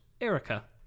erica